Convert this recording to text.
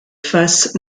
faces